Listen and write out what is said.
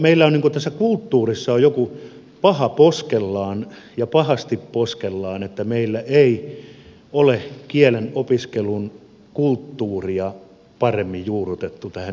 meillä on tässä kulttuurissa joku pahasti poskellaan että meillä ei ole kielenopiskelun kulttuuria paremmin juurrutettu tähän yhteiskuntaan